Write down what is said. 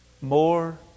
More